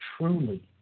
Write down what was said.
truly